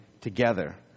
together